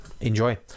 enjoy